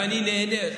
ואני נהנה,